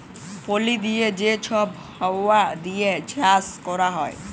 পলি দিঁয়ে যে ছব হাউয়া দিঁয়ে চাষ ক্যরা হ্যয়